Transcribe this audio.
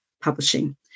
publishing